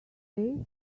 say